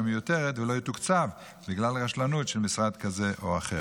מיותרת ולא יתוקצב בגלל רשלנות של משרד כזה או אחר.